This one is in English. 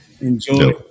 Enjoy